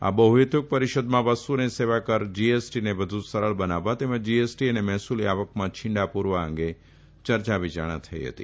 આ બહ્ હેતુક પરીષદમાં વસ્તુ અને સેવા કરને વધુ સરળ બનાવવા તેમજ જીએસટી અને મહેસુલી આવકમાં છીંડા પુરવા અંગે ચર્ચા વિચારણા થઇ હતી